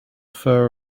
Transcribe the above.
fur